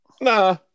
Nah